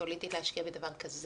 פוליטית להשקיע בדבר כזה,